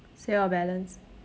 sale of balance